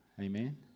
Amen